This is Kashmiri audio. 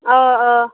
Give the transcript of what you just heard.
آ آ